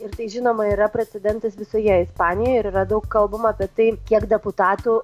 ir tai žinoma yra precedentas visoje ispanijoj ir yra daug kalbama kad tai kiek deputatų